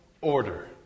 Order